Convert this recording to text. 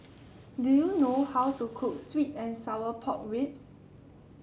do you know how to cook sweet and Sour Pork Ribs